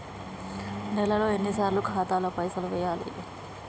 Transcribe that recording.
నెలలో ఎన్నిసార్లు ఖాతాల పైసలు వెయ్యాలి?